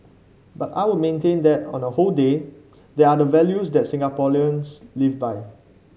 but I would maintain that on the whole they are the values that Singaporeans live by